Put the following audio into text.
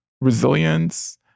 resilience